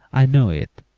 i know it!